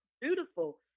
beautiful